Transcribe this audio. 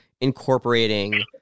incorporating